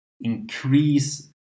increase